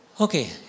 Okay